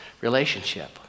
relationship